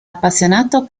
appassionato